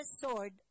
sword